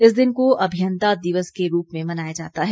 इस दिन को अभियन्ता दिवस के रूप में मनाया जाता है